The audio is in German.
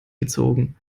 gezogen